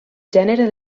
gènere